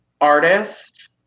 artist